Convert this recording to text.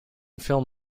film